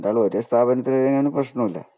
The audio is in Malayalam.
രണ്ടാളും ഒരേ സ്ഥാപനത്തിൽ പ്രശ്നമില്ല